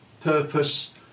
purpose